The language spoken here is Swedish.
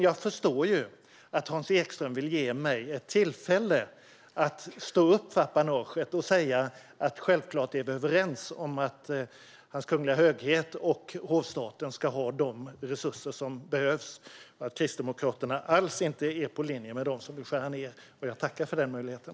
Jag förstår dock att Hans Ekström vill ge mig ett tillfälle att stå upp för apanaget och säga att vi självklart är överens om att Hans Kungliga Höghet och hovstaten ska ha de resurser som behövs och att Kristdemokraterna alls inte är på samma linje som de som vill skära ned. Jag tackar för den möjligheten.